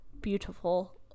beautiful